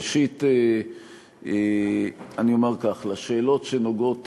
ראשית, אני אומר כך: לשאלות שנוגעות